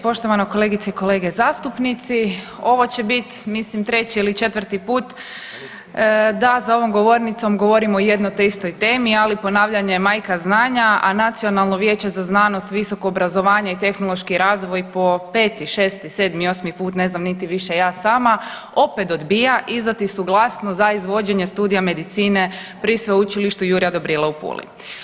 Poštovane kolegice i kolege zastupnici, ovo će biti mislim 3 ili 4 put da za ovom govornicom govorim o jedno te istoj temi, ali ponavljanje je majka znanja, a Nacionalno vijeće za znanost, visoko obrazovanje i tehnološki razvoj po 5, 6, 7, 8 put ne znam niti više ja sama opet odbija izdati suglasnost za izvođenje studija medicine pri Sveučilištu Jurja Dobrile u Puli.